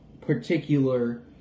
particular